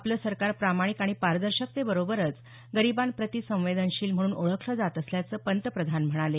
आपलं सरकार प्रामाणिक आणि पारदर्शकतेबरोबरच गरीबांप्रती संवेदनशील म्हणून ओळखलं जात असल्याचं पंतप्रधान म्हणाले